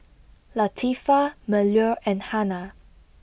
Latifa Melur and Hana